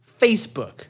Facebook